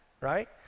right